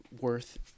worth